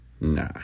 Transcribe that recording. Nah